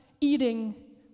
eating